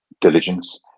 diligence